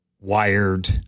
wired